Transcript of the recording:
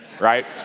right